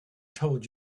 told